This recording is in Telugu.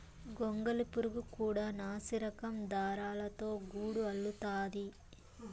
గొంగళి పురుగు కూడా నాసిరకం దారాలతో గూడు అల్లుతాది